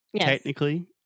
technically